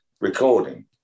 Recording